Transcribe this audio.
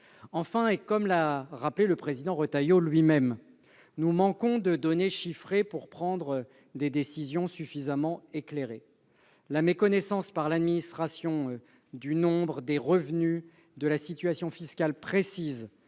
Enfin, comme l'a rappelé M. Retailleau lui-même, nous manquons de données chiffrées pour prendre des décisions suffisamment éclairées. La méconnaissance par l'administration du nombre, des revenus et de la situation fiscale précise